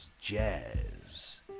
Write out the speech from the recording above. Jazz